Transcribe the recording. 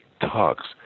talks